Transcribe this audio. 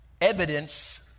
evidence